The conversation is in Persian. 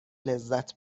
لذت